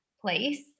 place